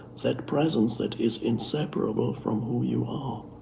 that presence that is inseparable from who you are.